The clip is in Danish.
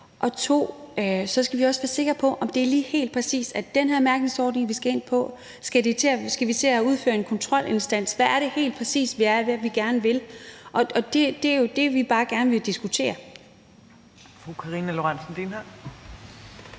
og vi skal også være sikre på, om det lige helt præcis er den her mærkningsordning, vi skal ind på. Skal vi til at have en kontrolinstans? Hvad er det, som vi helt præcis gerne vil? Det er jo det, vi bare gerne vil diskutere.